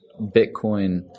Bitcoin